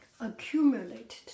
accumulated